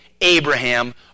Abraham